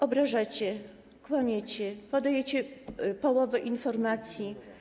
Obrażacie, kłamiecie, podajecie połowę informacji.